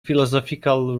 philosophical